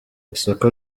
isoko